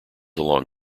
along